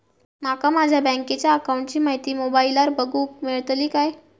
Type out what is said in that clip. माका माझ्या बँकेच्या अकाऊंटची माहिती मोबाईलार बगुक मेळतली काय?